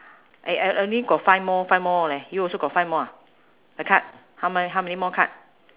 eh I only got five more five more leh you also got five more ah the card how many how many more card